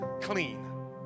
clean